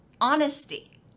honesty